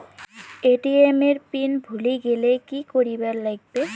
ATM এর pin ভুলি গেলে কি করিবার লাগবে?